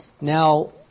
Now